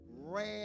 ran